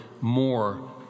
more